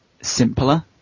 simpler